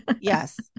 Yes